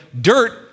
dirt